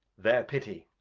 their pity.